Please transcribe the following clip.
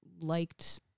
liked